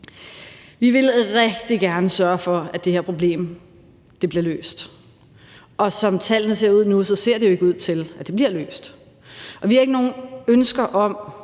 Vi ville rigtig gerne sørge for, at det her problem bliver løst, og som tallene ser ud nu, ser det ikke ud til, at det bliver løst. Vi har som sagt ikke nogen ønsker om